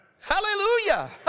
Hallelujah